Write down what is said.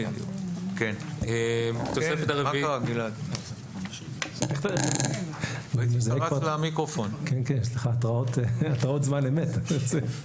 אני רוצה לחזור רגע לשאלה של אדוני לגבי